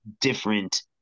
different